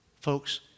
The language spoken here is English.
Folks